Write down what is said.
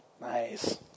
Nice